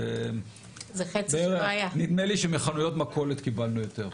נדמה לי שמחנויות מכולת קיבלנו יותר.